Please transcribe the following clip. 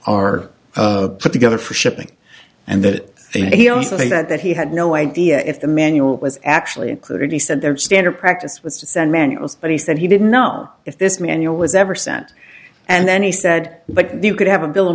are put together for shipping and that he also that he had no idea if the manual was actually included he said their standard practice was to send manuals but he said he didn't know if this manual was ever sent and then he said but you could have a bill